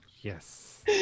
yes